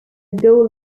goal